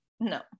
No